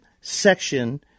section